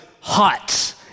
hot